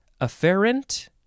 afferent